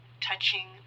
touching